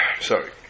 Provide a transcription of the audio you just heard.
Sorry